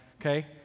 okay